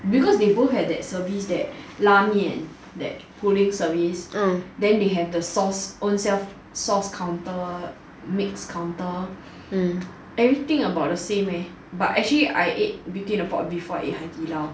because they both have the service that 拉面 that pulling service then they have the sauce ownself sauce counter mix counter everything about the same eh but actually I ate beauty in the pot before I ate 海底捞